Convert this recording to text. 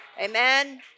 Amen